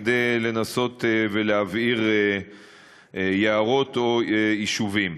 כדי לנסות להבעיר יערות או יישובים.